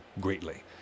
greatly